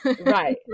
Right